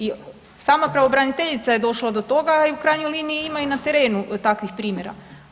I sama pravobraniteljica je došla do toga i u krajnjoj liniji ima i na terenu takvih primjera.